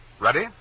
Ready